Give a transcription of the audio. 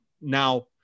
Now